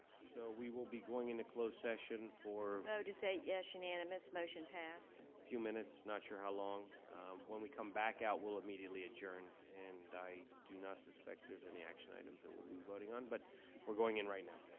so we will be going into closed session for vote is eight yes unanimous motion passed. few minutes not sure how long when we come back out, we'll immediately adjourn and i do not suspect there's any action items that we'll be voting on but we're going in right now.